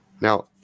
Now